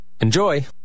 Enjoy